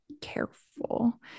careful